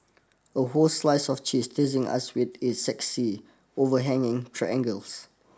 a whole slice of cheese teasing us with its sexy overhanging triangles